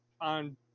on